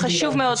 חשוב מאוד.